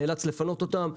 נאלץ לפנות אותם.